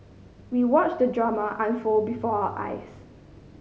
we watched the drama unfold before our eyes